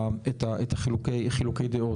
את חילוקי הדעות.